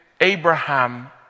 Abraham